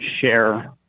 share